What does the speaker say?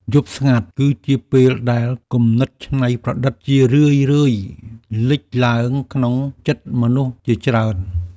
យប់ស្ងាត់គឺជាពេលដែលគំនិតច្នៃប្រឌិតជារឿយៗលេចឡើងក្នុងចិត្តមនុស្សជាច្រើន។